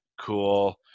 Cool